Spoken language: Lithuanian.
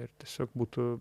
ir tiesiog būtų